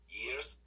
years